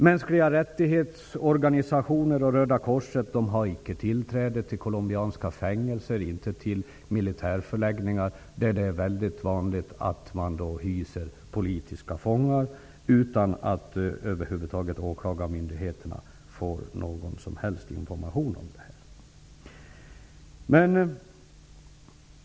Organisationer för mänskliga rättigheter och Röda korset har inte tillträde till colombianska fängelser eller till militärförläggningar, där man ofta hyser politiska fångar utan att åklagarmyndigheterna får någon som helst information om det.